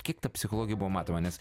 kaip ta psichologija buvo matoma nes